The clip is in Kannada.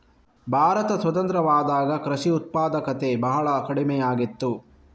ಭಾರತ ಸ್ವತಂತ್ರವಾದಾಗ ಕೃಷಿ ಉತ್ಪಾದಕತೆ ಬಹಳ ಕಡಿಮೆಯಾಗಿತ್ತು